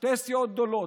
שתי סיעות גדולות.